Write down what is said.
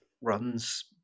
runs